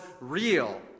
real